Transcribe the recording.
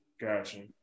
Gotcha